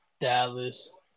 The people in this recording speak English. Dallas